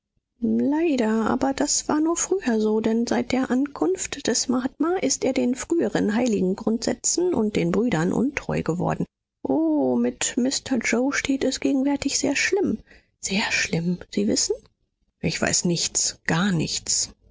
leider aber das war nur früher so denn seit der ankunft des mahatma ist er den früheren heiligen grundsätzen und den brüdern untreu geworden o mit mr yoe steht es gegenwärtig sehr schlimm sehr schlimm sie wissen ich weiß nichts gar nichts